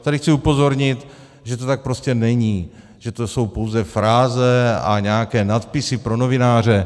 Tady chci upozornit, že to tak prostě není, že to jsou pouze fráze a nějaké nadpisy pro novináře.